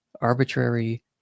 arbitrary